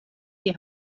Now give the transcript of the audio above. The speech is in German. die